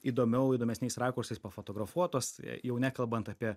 įdomiau įdomesniais rakursais pafotografuotos jau nekalbant apie